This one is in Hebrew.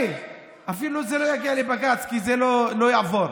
זה אפילו לא יגיע לבג"ץ, כי זה לא יעבור.